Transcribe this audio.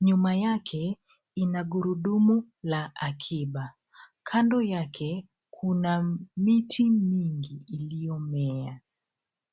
Nyuma yake ina gurudumu la akiba. Kando yake kuna miti mingi iliyomea.